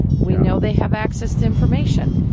we know they have access to information.